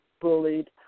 bullied